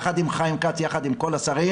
יחד עם חיים כץ וכל השרים,